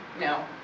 no